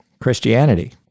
Christianity